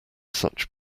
such